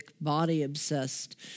body-obsessed